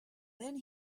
then